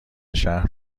شهر